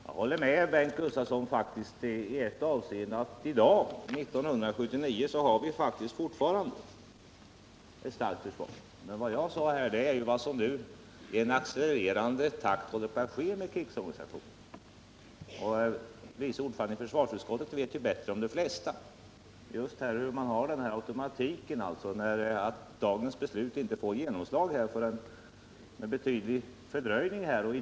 Herr talman! Jag håller faktiskt med Bengt Gustavsson i ett avseende: I dag, år 1979, har vi fortfarande ett starkt försvar. Men vad jag pekade på är vad som nu i accelererande takt håller på att ske med krigsorganisationen. Och vice ordföranden i försvarsutskottet känner ju bättre än de flesta till den automatik som finns, att dagens beslut får genomslag med en betydlig fördröjning.